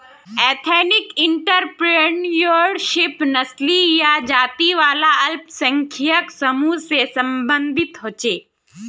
ethnic entrepreneurship नस्ली या जाती वाला अल्पसंख्यक समूह से सम्बंधित होछे